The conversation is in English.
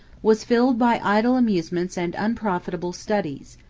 was filled by idle amusements and unprofitable studies.